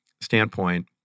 standpoint